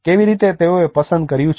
કેવી રીતે તેઓએ પસંદ કર્યું છે